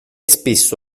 spesso